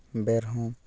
ᱵᱮᱨ ᱦᱚᱸ